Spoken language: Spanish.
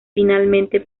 finalmente